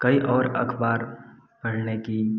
कई और अख़बार पढ़ने की